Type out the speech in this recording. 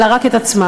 אלא רק את עצמה.